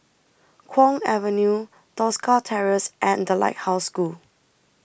Kwong Avenue Tosca Terrace and The Lighthouse School